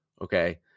okay